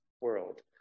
world